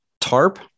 tarp